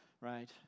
Right